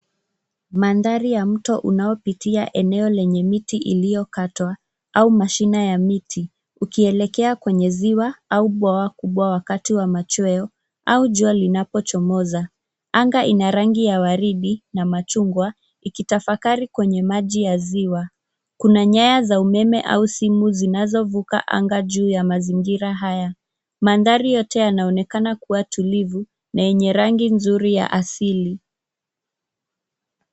Mandhari ya mto unapopita eneo lenye miti iliyokatwa au mashina ya miti. Ukiendelea kuelekea kwenye ziwa au bwawa kubwa wakati wa machweo au jua linapozama. Anga lina rangi ya waridi na machungwa, zikionekana kutafakari kwenye maji ya ziwa. Kuna nyaya za umeme au simu zinazopita angani juu ya mazingira haya. Mandhari yote yanaonekana kuwa tulivu na yenye rangi nzuri za asili.